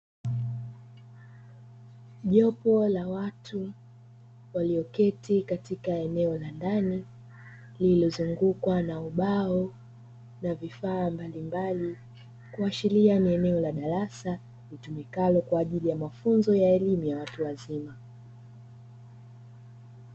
Jopo la watu walioketi katika eneo la ndani lililozungukwa na ubao na vifaa mbalimbali, kuashiria ni eneo la darasa litumikalo kwa ajili ya mafunzo ya elimu ya watu wazima.